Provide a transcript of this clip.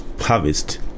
harvest